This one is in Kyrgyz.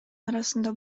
арасында